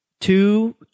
two